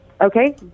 Okay